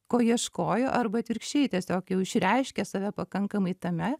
ko ieškojo arba atvirkščiai tiesiog jau išreiškė save pakankamai tame